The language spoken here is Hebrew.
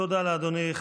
תודה לאדוני.